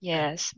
Yes